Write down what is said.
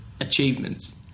achievements